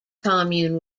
commune